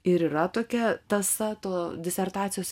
ir yra tokia tąsa to disertacijos